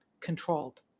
controlled